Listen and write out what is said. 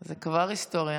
זאת כבר היסטוריה.